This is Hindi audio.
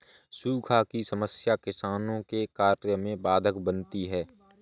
सूखा की समस्या किसानों के कार्य में बाधक बनती है